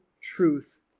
truth